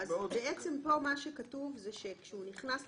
כאן כתוב שכאשר הוא נכנס לתפקיד,